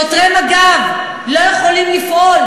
שוטרי מג"ב לא יכולים לפעול,